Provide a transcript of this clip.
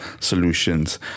solutions